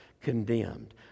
condemned